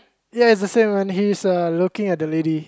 yes it's the same and he's uh looking at the lady